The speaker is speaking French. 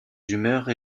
humeurs